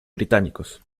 británicos